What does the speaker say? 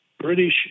British